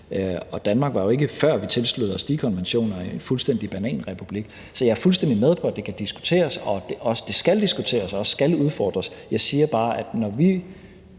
Og Danmark var jo ikke, før vi tilsluttede os de konventioner, en fuldstændig bananrepublik. Så jeg er fuldstændig med på, at det kan diskuteres, og det skal diskuteres og skal udfordres. Jeg siger bare, at når vi